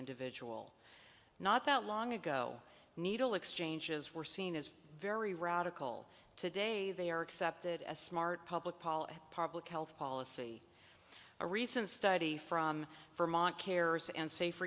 individual not that long ago needle exchanges were seen as very radical today they are accepted as smart public health policy a recent study from vermont carers and safe